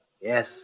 Yes